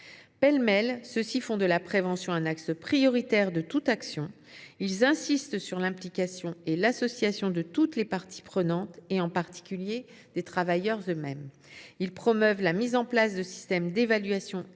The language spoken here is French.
pêle mêle – font de la prévention un axe prioritaire de toute action, consacrent l’implication et l’association de toutes les parties prenantes, en particulier des travailleurs eux mêmes, promeuvent la mise en place de systèmes d’évaluation et